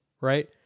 right